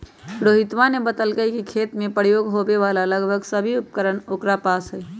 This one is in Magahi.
रोहितवा ने बतल कई कि खेत में प्रयोग होवे वाला लगभग सभी उपकरण ओकरा पास हई